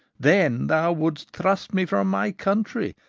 then thou wouldst thrust me from my country,